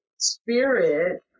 spirit